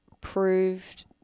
proved